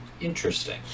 Interesting